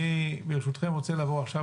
אני, ברשותכם, רוצה עכשיו